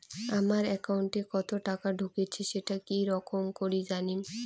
আমার একাউন্টে কতো টাকা ঢুকেছে সেটা কি রকম করি জানিম?